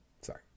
sorry